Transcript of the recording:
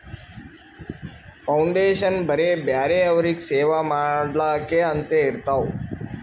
foundation ಬರೇ ಬ್ಯಾರೆ ಅವ್ರಿಗ್ ಸೇವಾ ಮಾಡ್ಲಾಕೆ ಅಂತೆ ಇರ್ತಾವ್